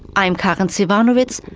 i'm karin so zsivanovits.